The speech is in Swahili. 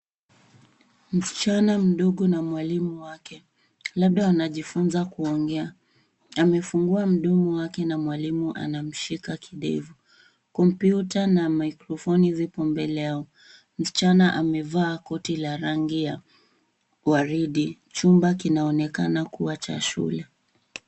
Msichana mdogo na mwalimu wake labda wanajifunza kuongea. Amefungua mdomo wake na mwalimu anamshika kidevu. Kompyuta na microfoni zipo mbele yao. Msichana amevaa koti la rangi ya waridi. Chumba kinaonekana kuwa cha shule.